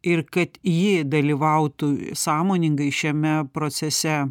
ir kad ji dalyvautų sąmoningai šiame procese